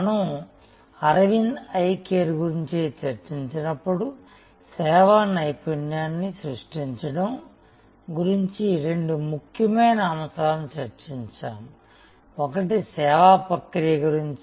మనం Aravind eye care గురించి చర్చించినప్పుడు సేవా నైపుణ్యాన్ని సృష్టించడం గురించి రెండు ముఖ్యమైన అంశాలను చర్చించాము ఒకటి సేవా ప్రక్రియ గురించి